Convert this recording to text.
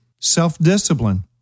self-discipline